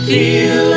Feel